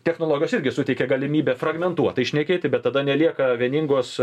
technologijos irgi suteikia galimybę fragmentuotai šnekėti bet tada nelieka vieningos